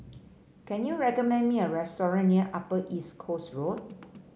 can you recommend me a restaurant near Upper East Coast Road